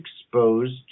exposed